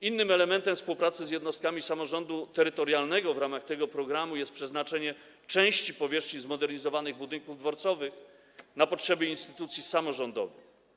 Innym elementem współpracy z jednostkami samorządu terytorialnego w ramach tego programu jest przeznaczenie części powierzchni zmodernizowanych budynków dworcowych na potrzeby instytucji samorządowych.